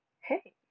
hey